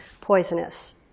poisonous